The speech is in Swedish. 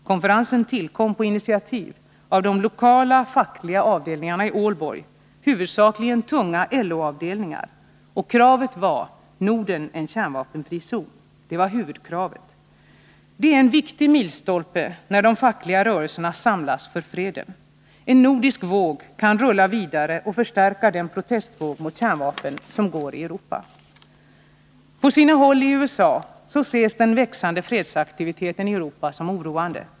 Konferensen tillkom på initiativ av de lokala fackliga avdelningarna i Aalborg, huvudsakligen tunga LO-avdelningar, och huvudkravet var ”Norden — kärnvapenfri zon”. Det är en viktig milstolpe när de fackliga rörelserna samlas för freden. En nordisk våg kan rulla vidare och förstärka den protestvåg mot kärnvapen som går genom Europa. På sina håll i USA ses den växande fredsaktiviteten i Europa som oroande.